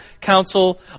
council